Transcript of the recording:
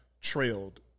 trailed